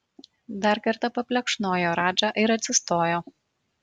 dar kartą paplekšnojo radžą ir atsistojo